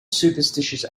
superstitious